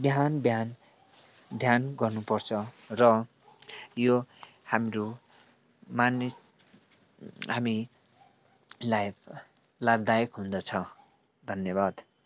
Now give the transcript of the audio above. बिहान बिहान ध्यान गर्नु पर्छ र यो हाम्रो मानिस हामीलाई लाभदायक हुँदछ धन्यवाद